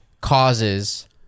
causes